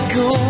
go